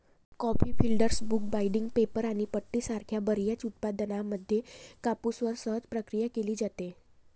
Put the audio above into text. coffee filters, book binding, paper आणि पट्टी यासारख्या बर्याच उत्पादनांमध्ये कापूसवर सहज प्रक्रिया केली जाते